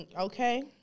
Okay